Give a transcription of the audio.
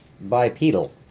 bipedal